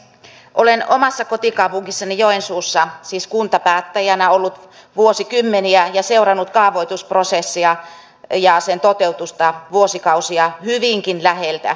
olen omassa kotikaupungissani joensuussa ollut kuntapäättäjänä vuosikymmeniä ja seurannut kaavoitusprosessia ja sen toteutusta vuosikausia hyvinkin läheltä